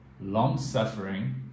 long-suffering